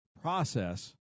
process